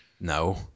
No